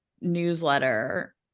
Newsletter